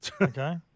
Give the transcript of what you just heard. okay